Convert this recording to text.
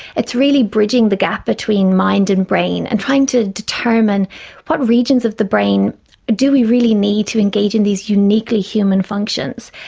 it's really bridging the gap between mind and brain, and trying to determine what regions of the brain do we really need to engage in these uniquely human functions.